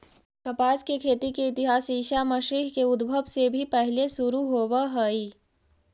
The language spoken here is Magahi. कपास के खेती के इतिहास ईसा मसीह के उद्भव से भी पहिले शुरू होवऽ हई